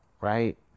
right